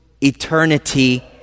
eternity